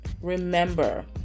remember